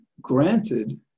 granted